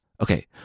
Okay